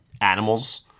animals